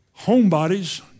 homebodies